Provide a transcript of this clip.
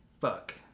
Fuck